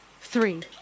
three